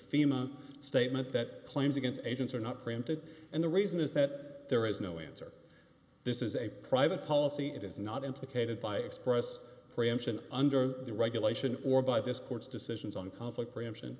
fema statement that claims against agents are not granted and the reason is that there is no answer this is a private policy it is not implicated by express preemption under the regulation or by this court's decisions on conflict preemption